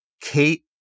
Kate